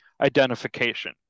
identification